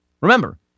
Remember